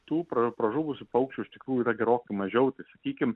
tų pra pražuvus paukščių iš tikrųjų yra gerokai mažiau tai sakykim